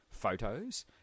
photos